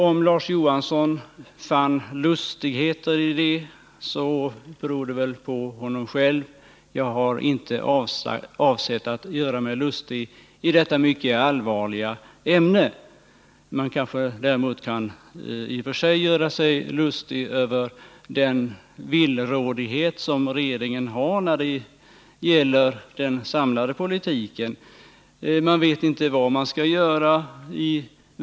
Om Larz Johansson fann lustigheter i det beror det väl på honom själv. Jag har inte avsett att göra mig lustig i detta mycket allvarliga ämne. Man kanske däremot kan göra sig lustig över den villrådighet som finns hos regeringen när det gäller den samlade politiken. Regeringen vet inte vad den skall göra.